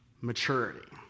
maturity